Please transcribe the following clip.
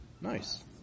Nice